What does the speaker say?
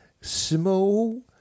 small